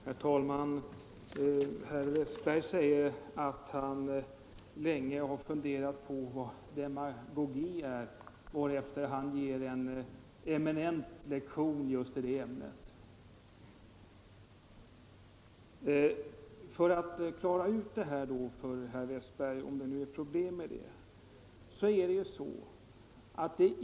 Herr talman! Herr Westberg i Ljusdal säger att han länge har funderat över vad demagogi är, varefter han ger en eminent lektion i just det ämnet. Jag skall klara ut den här saken för herr Westberg, eftersom han tycks ha problem med den.